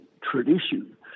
tradition